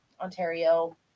Ontario